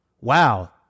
wow